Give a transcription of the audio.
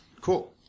Cool